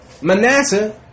Manasseh